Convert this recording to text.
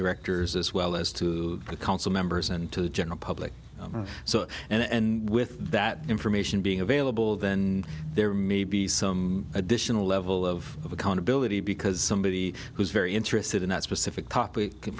directors as well as to the council members and to the general public so and and with that information being available then there may be some additional level of accountability because somebody who's very interested in that specific topic